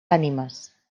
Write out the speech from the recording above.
ànimes